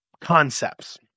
concepts